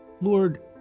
Lord